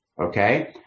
Okay